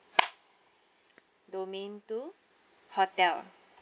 domain two hotel